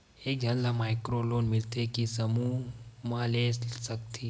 एक झन ला माइक्रो लोन मिलथे कि समूह मा ले सकती?